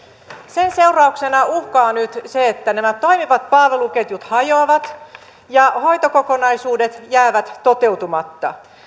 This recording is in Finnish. sen seurauksena uhkaa nyt se että nämä toimivat palveluketjut hajoavat ja hoitokokonaisuudet jäävät toteutumatta